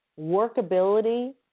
workability